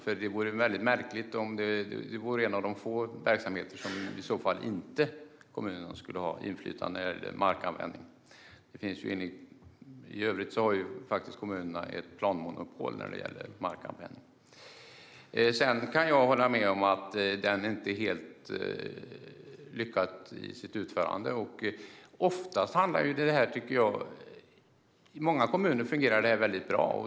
Annars skulle detta vara en av få verksamheter som kommunerna inte skulle ha inflytande över när det gäller markanvändning. I övrigt har kommunerna ett planmonopol när det gäller markanvändning. Sedan kan jag hålla med om att utförandet när det gäller detta inte är helt lyckat. I många kommuner fungerar detta mycket bra.